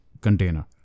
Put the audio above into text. container